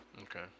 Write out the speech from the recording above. okay